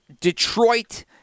Detroit